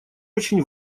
очень